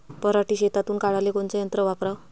पराटी शेतातुन काढाले कोनचं यंत्र वापराव?